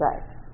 sex